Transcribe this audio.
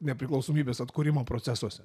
nepriklausomybės atkūrimo procesuose